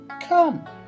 come